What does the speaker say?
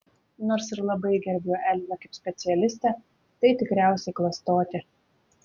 nors ir labai gerbiu elzę kaip specialistę tai tikriausiai klastotė